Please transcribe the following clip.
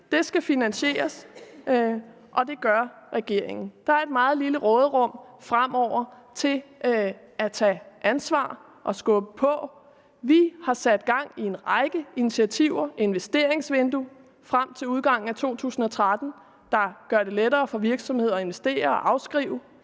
det skal finansieres, og det gør regeringen. Der er et meget lille råderum fremover til at tage ansvar og skubbe på. Vi har sat gang i en række initiativer, f.eks. et investeringsvindue, frem til udgangen af 2013, der gør det lettere for virksomheder at investere og afskrive.